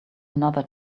another